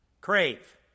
crave